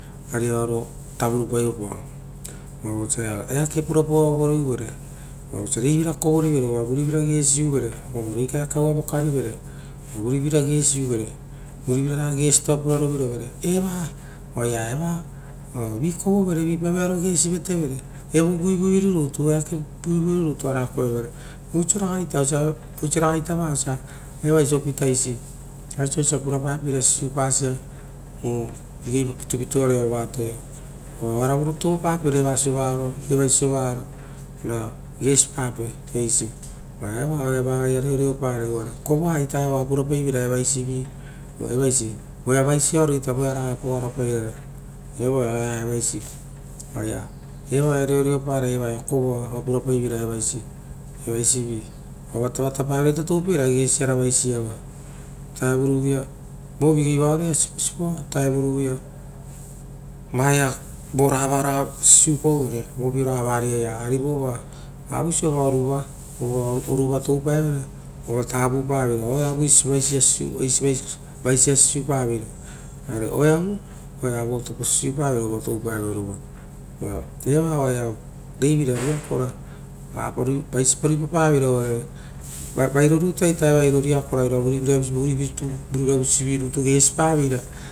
Ariaro tavurupaoepao, vosia eaka puraoro voreuvere, ora vosia reivira kovori vere ra vurivira gesiuvere, o rei kaekae ua vokarivere ra vurivira gesiuvere, vurivira raga gesito tapo puraiovirovere oaia eva, via kovovere, vipa vearo gesi rutu vatevere evo vaivui rutu vera vere, oisio ragaita va osia evaisi opita isi. Osii raga ita va osia evaisi opitaisi aisia purapapeira sisiupasa oo vogei vo pitupita aroia vo atoia. Uva oara vu rutu oupapere evaisi sovaroai evaisi sovararo ra gesipapee, esisi. Uva eva oaiava reoreo parai kovoa ita evaisi opitaisi, voea vaisiaro, voea evoea pogara pairara evoioa oaia evaisi eava reoreo parai evaiava kovoa oa purapaiveira evaisi, evaisivi ova vatavata para vi toupai veira gesiaravi vaisia, otaevarovuia rovigei varoia siposipo, otaevurovuia ra sisiupauvere riaua ari vova vavoi siova oruva uvava toupaevere uvava tavipaveira eisi vaisia sisiupaveira, ari oeavu oea vo tapo sisiupaveira uva toupae oruva, era oai rei vira riakora vaisipa ruipapaveire vairo rutu a ita evoia riakora oea vurivisivi rutu gesipaveira.